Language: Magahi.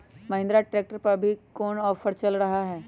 महिंद्रा ट्रैक्टर पर अभी कोन ऑफर चल रहा है?